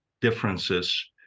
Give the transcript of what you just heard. differences